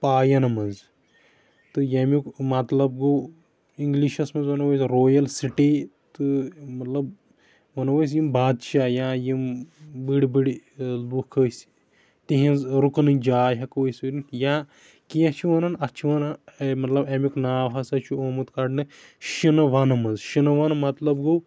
پایَن منٛز تہٕ ییٚمیُک مطلب گوٚو اِنگلِشس منٛز وَنو أسۍ رویِل سَٹی تہٕ مطلب وَنو أسۍ یِم بادشاہ یا یِم بٔڑۍ بٔڑۍ لُکھ ٲسۍ تِہنز رُکنٕچ جاے ہٮ۪کو أسۍ ؤنِتھ یا کیٚنٛہہ چھِ وَنان اَتھ چھِ وَنان مطلب اَمیُک ناو ہسا چھُ آمُت کَڈنہٕ شِنہٕ وَنہٕ منٛز شِنہٕ وَنہٕ مطلب گوٚو